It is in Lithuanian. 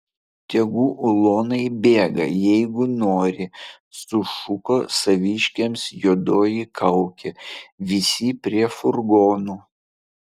tegu ulonai bėga jeigu nori sušuko saviškiams juodoji kaukė visi prie furgonų